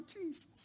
Jesus